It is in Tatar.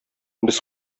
без